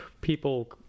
people